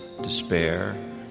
despair